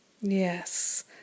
yes